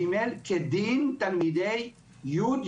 ג' כדין תלמידי י,